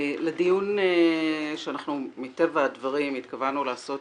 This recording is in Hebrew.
לדיון שאנחנו מטבע הדברים התכוונו לעשות